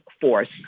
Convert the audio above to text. force